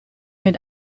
mit